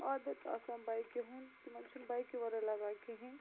عادت آسان بایکہِ ہُنٛد تِمن چھُنہٕ بایکہِ وَرٲے لگان کِہیٖنۍ